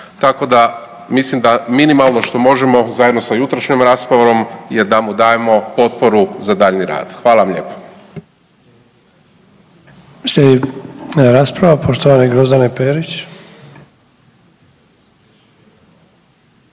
Tako da mislim da minimalno što možemo zajedno sa jutrošnjom raspravom je da mu dajemo potporu za daljnji rad. Hvala vam lijepo.